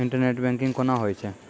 Internet banking कोना होय छै?